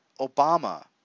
Obama